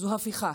זו הפיכה.